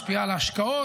משפיעה על ההשקעות,